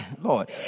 Lord